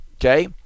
Okay